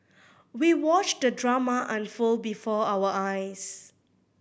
we watched the drama unfold before our eyes